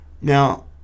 now